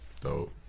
Dope